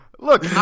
Look